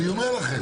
ואני אומר לכם,